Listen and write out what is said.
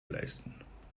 leisten